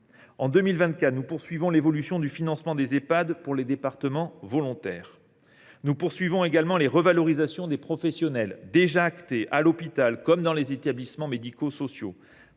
En effet, nous poursuivrons l’évolution du financement des Ehpad dans les départements volontaires. Nous poursuivrons également la revalorisation des rémunérations des professionnels déjà actée, à l’hôpital comme dans les établissements médico sociaux.